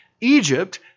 Egypt